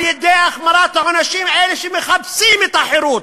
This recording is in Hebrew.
על-ידי החמרת עונשים על אלה שמחפשים את החירות.